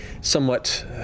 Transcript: somewhat